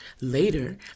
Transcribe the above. later